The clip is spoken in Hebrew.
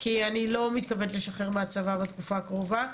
כי אני לא מתכוונת לשחרר מהצבא בתקופה הקרובה.